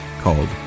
called